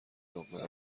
لقمه